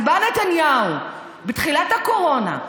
אז בא נתניהו בתחילת הקורונה,